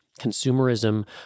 consumerism